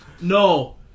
No